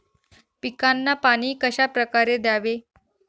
पिकांना पाणी कशाप्रकारे द्यावे?